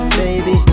baby